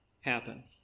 happen